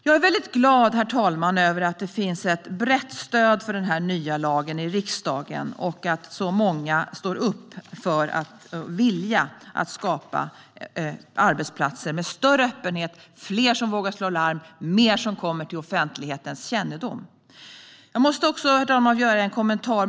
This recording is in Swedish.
Jag är väldigt glad, herr talman, över att det finns ett brett stöd för den nya lagen i riksdagen och att så många står upp för viljan att skapa arbetsplatser med större öppenhet, fler som vågar slå larm och mer som kommer till offentlighetens kännedom. Jag måste också, herr talman, göra en kommentar.